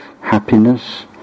happiness